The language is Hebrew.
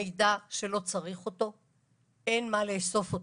מידע שלא צריך אותו אין מה לאסוף אותו.